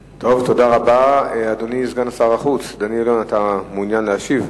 אדוני סגן שר החוץ, אתה מעוניין להשיב?